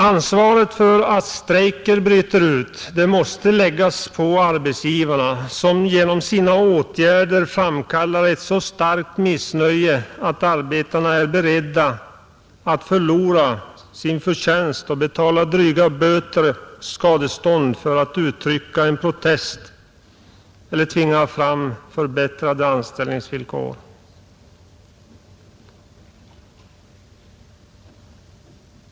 Ansvaret för att strejker bryter ut måste läggas på arbetsgivarna, som genom sina åtgärder framkallar ett så starkt missnöje att arbetarna är beredda att förlora sin tjänst och betala dryga böter och skadestånd för att uttrycka en protest eller tvinga fram förbättrade avtalsvillkor.